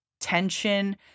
tension